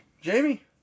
Jamie